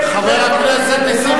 חבר הכנסת נסים